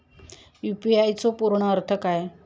UPI चो पूर्ण अर्थ काय?